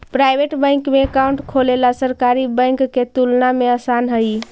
private bank में account खोलेला सरकारी बैंक के तुलना में आसान हइ